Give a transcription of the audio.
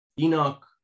Enoch